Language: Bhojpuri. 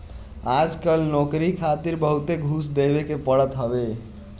आजकल नोकरी खातिर बहुते घूस देवे के पड़त हवे